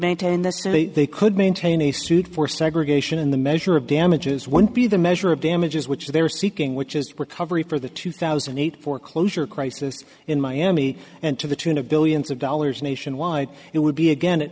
maintain this they could maintain a suit for segregation in the measure of damages won't be the measure of damages which they're seeking which is recovery for the two thousand and eight foreclosure crisis in miami and to the tune of billions of dollars nationwide it would be again